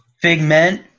Figment